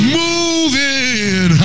moving